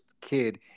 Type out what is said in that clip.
kid